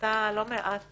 שעשתה לא מעט